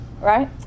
Right